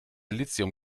lithium